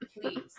please